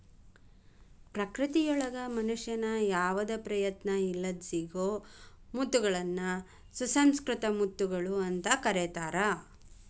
ಪ್ರಕೃತಿಯೊಳಗ ಮನುಷ್ಯನ ಯಾವದ ಪ್ರಯತ್ನ ಇಲ್ಲದ್ ಸಿಗೋ ಮುತ್ತಗಳನ್ನ ಸುಸಂಕೃತ ಮುತ್ತುಗಳು ಅಂತ ಕರೇತಾರ